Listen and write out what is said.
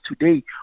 today